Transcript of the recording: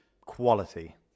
quality